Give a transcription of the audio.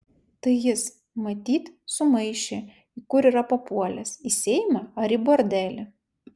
tai jis matyt sumaišė į kur yra papuolęs į seimą ar į bordelį